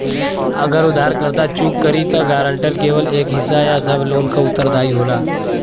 अगर उधारकर्ता चूक करि त गारंटर केवल एक हिस्सा या सब लोन क उत्तरदायी होला